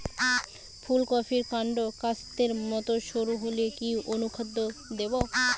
ফুলকপির কান্ড কাস্তের মত সরু হলে কি অনুখাদ্য দেবো?